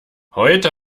heute